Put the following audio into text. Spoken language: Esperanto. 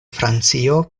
francio